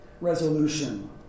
Resolution